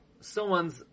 someone's